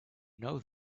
know